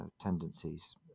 tendencies